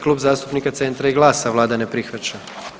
Klub zastupnika Centra i GLAS-a vlada ne prihvaća.